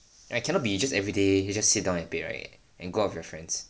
I cannot be just everyday you just sit down and play right and go out with your friends